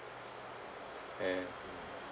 and